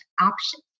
option